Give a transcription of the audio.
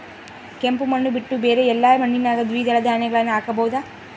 ಕೆಂಪು ಮಣ್ಣು ಬಿಟ್ಟು ಬೇರೆ ಎಲ್ಲಾ ಮಣ್ಣಿನಾಗ ದ್ವಿದಳ ಧಾನ್ಯಗಳನ್ನ ಹಾಕಬಹುದಾ?